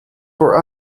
for